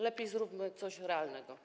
Lepiej zróbmy coś realnego.